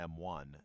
M1